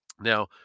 Now